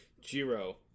jiro